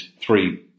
three